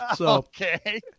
Okay